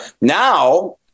now